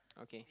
okay